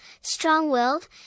strong-willed